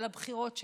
על הבחירות שלהן,